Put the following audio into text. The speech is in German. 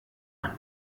man